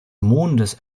mondes